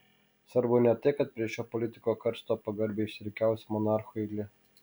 svarbu ne tai kad prie šio politiko karsto pagarbiai išsirikiavusi monarchų eilė